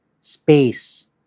space